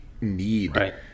need